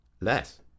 Less